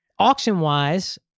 Auction-wise